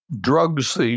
drugs